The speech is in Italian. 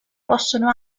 possono